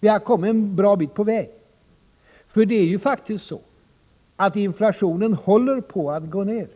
Vi har kommit en bra bit på väg. För det är ju faktiskt så, att inflationen håller på att gå ned.